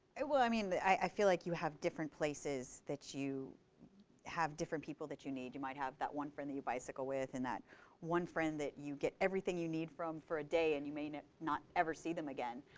and well, i mean i feel like you have different places that you have different people that you need. you might have that one friend that you bicycle with and that one friend that you get everything you need from for a day and you may not not ever see them again.